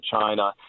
China